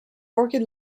orchid